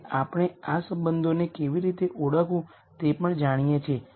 અને આપણે આ સંબંધોને કેવી રીતે ઓળખવું તે પણ જાણીએ છીએ